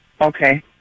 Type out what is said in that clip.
Okay